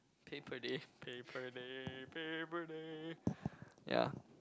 pay per day pay per day pay per day ya